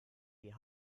die